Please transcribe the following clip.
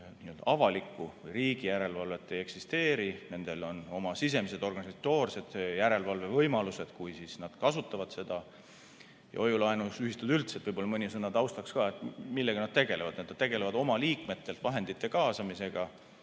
avalikku või riigi järelevalvet ei eksisteeri, nendel on oma sisemised organisatoorsed järelevalvevõimalused, kui nad kasutavad seda. Hoiu-laenuühistute kohta üldse võib-olla mõni sõna taustaks, millega nad tegelevad. Nad tegelevad oma liikmetelt vahendite kaasamisega